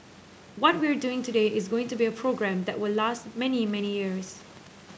what we're doing today is going to be a program that will last many many years